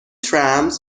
trams